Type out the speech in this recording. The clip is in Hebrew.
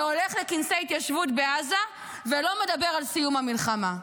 והולך לכנסי התיישבות בעזה ולא מדבר על סיום המלחמה.